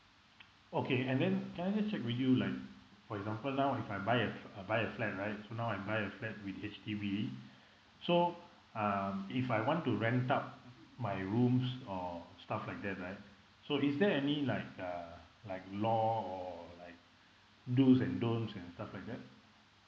okay and then can I just check with you like for example now if I buy a I buy a flat right so now I buy a flat with H_D_B so um if I want to rent out my rooms or stuff like that right so is there any like uh like law or like do's and don't and stuff like that